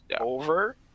Over